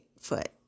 foot